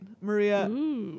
Maria